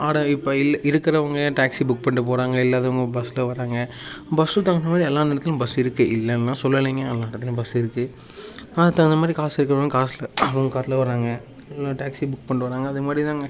ஆட இப்போ இல் இருக்குறவங்க டேக்ஸி புக் பண்ணிவிட்டு போகறாங்க இல்லாதவங்க பஸ்ல வராங்க பஸ்ஸுக்கு தகுந்த மாரி எல்லா நேரத்துலையும் பஸ் இருக்கு இல்லைன்லாம் சொல்லலைங்க எல்லா இடத்துலையும் பஸ் இருக்கு அதுக்கு தகுந்த மாரி காசு இருக்கிறவங்க காசில் அவங்கவுங்க காரில் வராங்க இல்லைனா டேக்ஸி புக் பண்ணிவிட்டு வராங்க அதே மாரி தாங்க